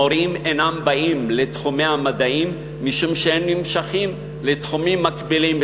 מורים אינם באים לתחומי המדעים משום שהם נמשכים לתחומים מקבילים,